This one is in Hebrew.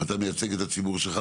ואתה מייצג את הציבור שלך,